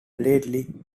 lately